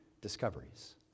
discoveries